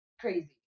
crazy